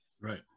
Right